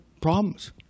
problems